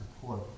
support